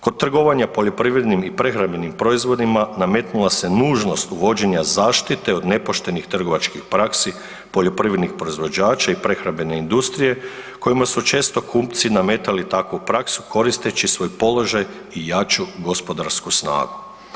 Kod trgovanja poljoprivrednim i prehrambenim proizvodima nametnula se nužnost uvođenja zaštite od nepoštenih trgovačkih praksi poljoprivrednih proizvođača i prehrambene industrije kojima su često kupci nametali takvu praksu koristeći svoj položaj i jaču gospodarsku snagu.